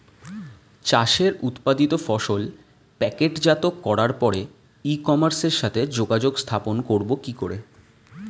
চাষের উৎপাদিত ফসল প্যাকেটজাত করার পরে ই কমার্সের সাথে যোগাযোগ স্থাপন করব কি করে?